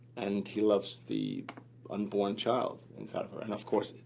and he loves the unborn child inside of her and, of course,